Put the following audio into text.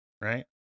right